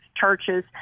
churches